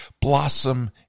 blossom